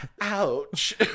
Ouch